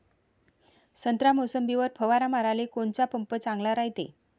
संत्रा, मोसंबीवर फवारा माराले कोनचा पंप चांगला रायते?